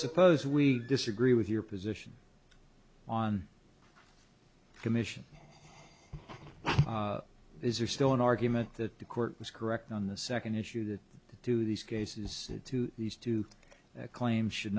suppose we disagree with your position on commission is there still an argument that the court is correct on the second issue that do these cases to these two claim should